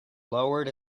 lowered